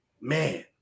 man